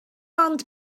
ond